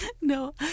No